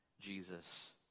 Jesus